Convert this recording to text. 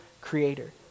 creator